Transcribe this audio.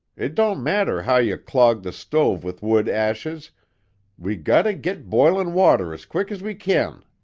it don't matter how you clog the stove with wood ashes we gotta git boilin' water as quick as we kin.